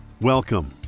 Welcome